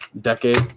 decade